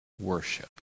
worship